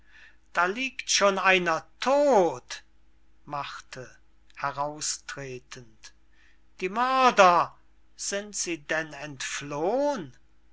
da liegt schon einer todt marthe heraustretend die mörder sind sie denn entflohn